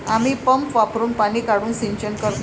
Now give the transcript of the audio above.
आम्ही पंप वापरुन पाणी काढून सिंचन करतो